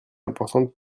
importantes